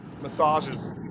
Massages